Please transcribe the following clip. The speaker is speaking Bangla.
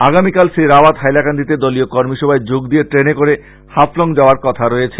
আগামীকাল শ্রীরাওয়াত হাইলাকান্দিতে দলীয় কর্মী সভায় যোগ দিয়ে ট্রেনে করে হাফলং যাওয়ার কথা রয়েছে